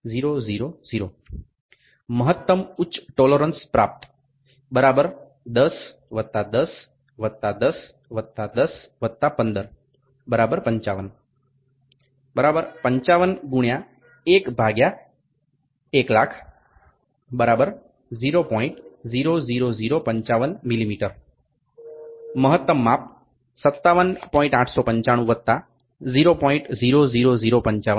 000 મહત્તમ ઉચ્ચ ટોલોરન્સ પ્રાપ્ત 10 10 10 10 15 55 55 × 1 100000 0